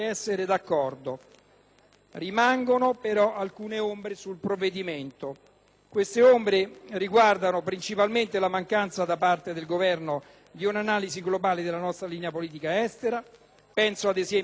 Rimangono però alcune ombre sul provvedimento, che riguardano principalmente la mancanza da parte del Governo di un'analisi globale della nostra linea di politica estera. Penso, ad esempio, alla situazione afgana.